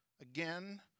again